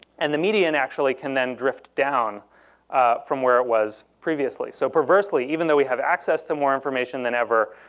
and the median actually can then drift down from where it was previously. so perversely, even though we have access to more information than ever,